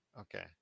Okay